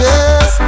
Yes